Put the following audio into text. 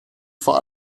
vor